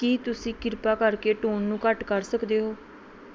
ਕੀ ਤੁਸੀਂ ਕਿਰਪਾ ਕਰਕੇ ਟੋਨ ਨੂੰ ਘੱਟ ਕਰ ਸਕਦੇ ਹੋ